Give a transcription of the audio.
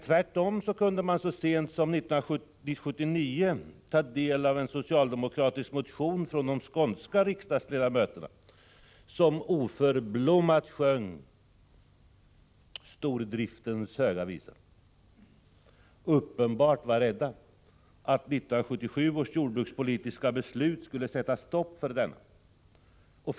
Tvärtom kunde man så sent som 1979 ta del av en socialdemokratisk motion från de skånska riksdagsledamöterna som oförblommerat sjöng stordriftens höga visa; uppenbarligen var dessa ledamöter rädda att 1977 års jordbrukspolitiska beslut skulle sätta stopp för stordriften.